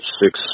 six